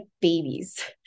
babies